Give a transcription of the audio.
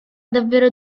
davvero